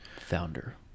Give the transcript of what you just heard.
Founder